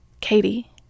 Katie